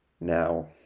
now